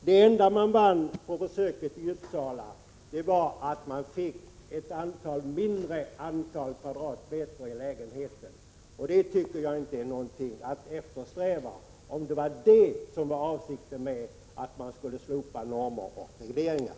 Det enda man vann på försöket i Uppsala var att man fick ett mindre antal kvadratmeter i lägenheterna, och det tycker jag inte är någonting att eftersträva — om detta var avsikten med att slopa normer och regleringar.